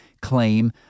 Claim